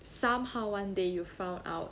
somehow one day you found out